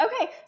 Okay